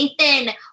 nathan